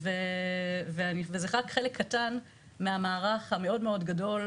אחת מ-464 אלף.